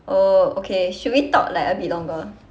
oh okay should we talk like a bit longer